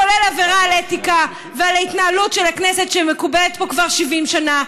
כולל עבירה על אתיקה ועל ההתנהלות של הכנסת שמקובלת פה כבר 70 שנה,